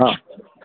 हँ